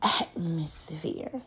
atmosphere